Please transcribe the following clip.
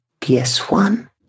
PS1